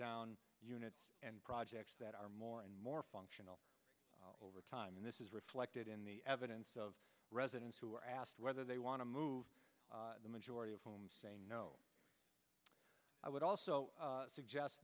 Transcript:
down units and projects that are more and more functional over time and this is reflected in the evidence of residents who are asked whether they want to move the majority of home saying no i would also suggest